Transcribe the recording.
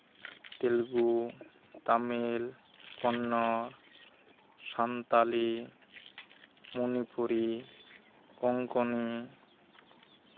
Telugu Tamil Kannada Santali Manipuri Konkani